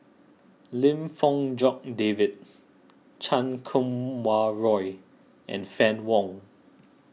Lim Fong Jock David Chan Kum Wah Roy and Fann Wong